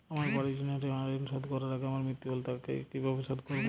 আমার বাড়ির জন্য নেওয়া ঋণ শোধ করার আগে আমার মৃত্যু হলে তা কে কিভাবে শোধ করবে?